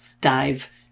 dive